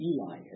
Eli